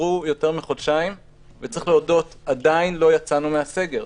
עברו יותר מחודשיים וצריך להודות: עדיין לא יצאנו מן הסגר.